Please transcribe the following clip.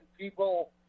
people